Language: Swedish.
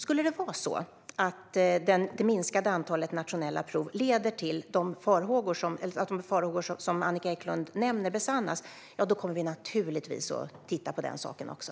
Om det minskade antalet nationella prov skulle leda till att de farhågor som Annika Eclund nämner blir besannade kommer vi naturligtvis att titta på den saken också.